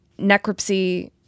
necropsy